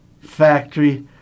factory